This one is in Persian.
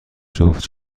جفت